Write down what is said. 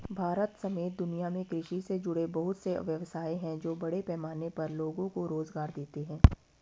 भारत समेत दुनिया में कृषि से जुड़े बहुत से व्यवसाय हैं जो बड़े पैमाने पर लोगो को रोज़गार देते हैं